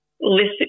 listen